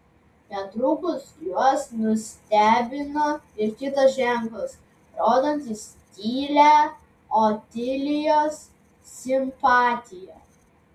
netrukus juos nustebino ir kitas ženklas rodantis tylią otilijos simpatiją